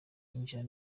yinjije